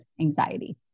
anxiety